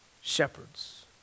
shepherds